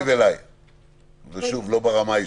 תקשיב, ושוב, לא ברמה האישית.